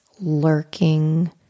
lurking